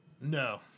No